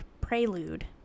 prelude